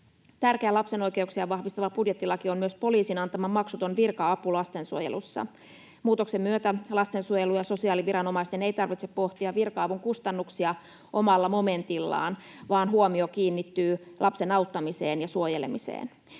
Tärkeä lapsen oikeuksia vahvistava budjettilaki on myös poliisin antama maksuton virka-apu lastensuojelussa. Muutoksen myötä lastensuojelun ja sosiaaliviranomaisten ei tarvitse pohtia virka-avun kustannuksia omalla momentillaan, vaan huomio kiinnittyy lapsen auttamiseen ja suojelemiseen.